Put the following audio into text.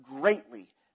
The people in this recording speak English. greatly